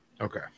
Okay